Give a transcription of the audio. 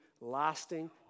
lasting